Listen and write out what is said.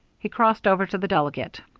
he crossed over to the delegate.